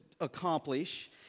accomplish